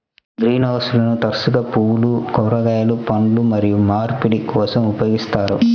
green హౌస్లను తరచుగా పువ్వులు, కూరగాయలు, పండ్లు మరియు మార్పిడి కోసం ఉపయోగిస్తారు